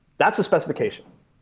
that's a specification